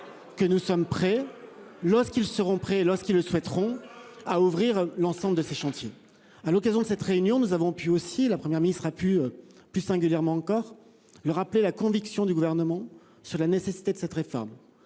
Que nous sommes prêts, je vois ce qu'ils seront prêts lorsqu'ils le souhaiteront à ouvrir l'ensemble de ces chantiers à l'occasion de cette réunion, nous avons pu aussi la Première ministre a pu plus singulièrement encore le rappeler, la conviction du gouvernement sur la nécessité de cette réforme